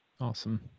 Awesome